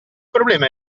problema